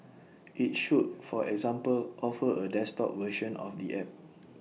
IT should for example offer A desktop version of the app